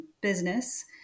business